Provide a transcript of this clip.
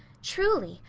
truly,